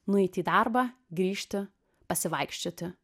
nueiti į darbą grįžti pasivaikščioti